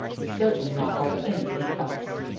certainly not by anything else.